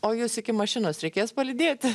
o jus iki mašinos reikės palydėti